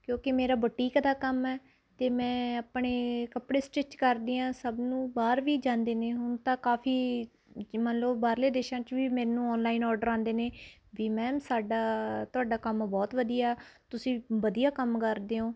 ਕਿਉਂਕੀ ਮੇਰਾ ਬੂਟੀਕ ਦਾ ਕੰਮ ਹੈ ਅਤੇ ਮੈਂ ਆਪਣੇ ਕੱਪੜੇ ਸਟਿਚ ਕਰਦੀ ਹਾਂ ਸਭ ਨੂੰ ਬਾਹਰ ਵੀ ਜਾਂਦੇ ਨੇ ਹੁਣ ਤਾਂ ਕਾਫ਼ੀ ਜੀ ਮੰਨ ਲਉ ਬਾਹਰਲੇ ਦੇਸ਼ਾਂ 'ਚ ਵੀ ਮੈਨੂੰ ਔਨਲਾਈਨ ਓਡਰ ਆਉਂਦੇ ਨੇ ਵੀ ਮੈਮ ਸਾਡਾ ਤੁਹਾਡਾ ਕੰਮ ਬਹੁਤ ਵਧੀਆ ਤੁਸੀਂ ਵਧੀਆ ਕੰਮ ਕਰਦੇ ਓ